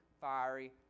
fiery